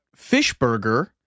Fishburger